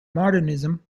modernism